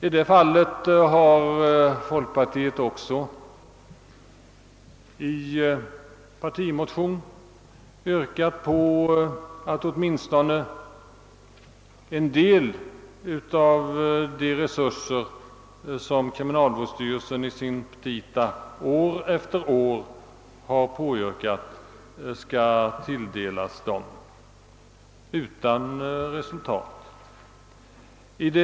— Folkpartiet har för övrigt även i en partimotion yrkat på att åtminstone en del av de resurser, som kriminalvårdsstyrelsen år efter år begärt i sina petita, skall ställas till styrelsens förfogande.